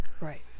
Right